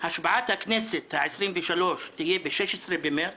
השבעת הכנסת העשרים-ושלוש תהיה ב-16 במרס,